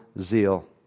zeal